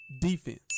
defense